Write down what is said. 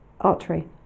artery